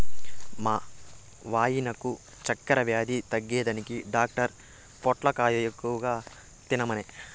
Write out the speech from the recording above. మా వాయినకు చక్కెర వ్యాధి తగ్గేదానికి డాక్టర్ పొట్లకాయ ఎక్కువ తినమనె